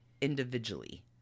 individually